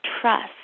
trust